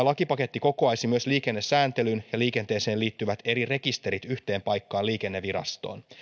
lakipaketti kokoaisi myös liikennesääntelyn ja liikenteeseen liittyvät eri rekisterit yhteen paikkaan liikennevirastoon